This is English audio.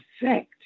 effect